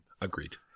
agreed